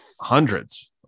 hundreds